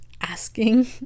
asking